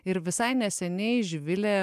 ir visai neseniai živilė